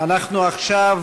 אנחנו עכשיו